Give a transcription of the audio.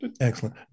excellent